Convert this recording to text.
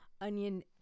onion